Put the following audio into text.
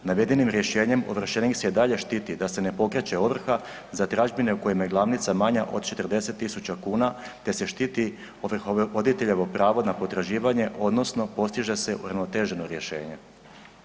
Navedenim rješenjem ovršenik se i dalje štiti da se ne pokreće ovrha za tražbine u kojima je glavnica manja od 40.000 kuna te šteti ovrhovoditeljevo pravo na potraživanje odnosno postiže se uravnoteženo rješenje.